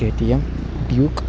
KTM duke